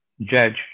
judge